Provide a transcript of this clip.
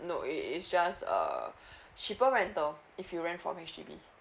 no it it's just err cheaper rental if you rent from H_D_B